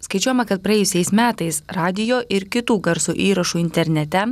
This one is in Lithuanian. skaičiuojama kad praėjusiais metais radijo ir kitų garso įrašų internete